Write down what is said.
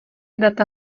data